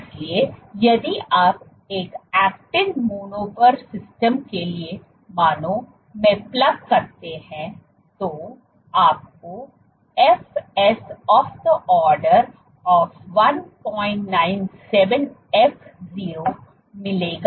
इसलिए यदि आप एक एक्टिन मोनोमर सिस्टम के लिए मानों में प्लग करते हैं तो आपको fs of the order of 197 f0 मिलेगा